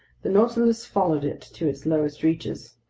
the nautilus followed it to its lowest reaches,